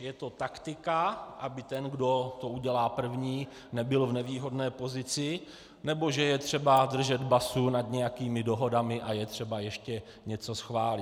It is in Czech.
Je to taktika, aby ten, kdo to udělá první, nebyl v nevýhodné pozici, nebo že je třeba držet basu nad nějakými dohodami a je třeba ještě něco schválit.